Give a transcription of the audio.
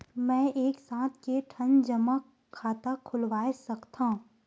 मैं एक साथ के ठन जमा खाता खुलवाय सकथव?